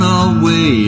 away